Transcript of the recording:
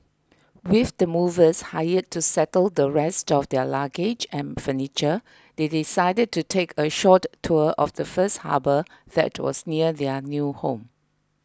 with the movers hired to settle the rest of their luggage and furniture they decided to take a short tour first of the harbour that was near their new home